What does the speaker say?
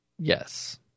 Yes